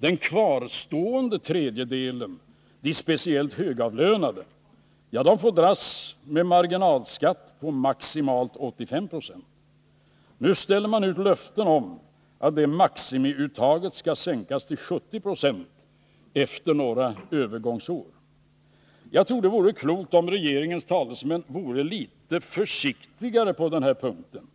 Den kvarstående tredjedelen, de högavlönade, får dras med en marginalskatt på maximalt 85 26. Nu ställer man ut löften om att det maximiuttaget skall sänkas till 70 70 efter några övergångsår. Jag tror det vore klokt, om regeringens talesmän vore litet försiktigare på den här punkten,